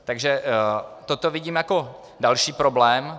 Takže toto vidím jako další problém.